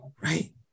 right